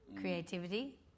creativity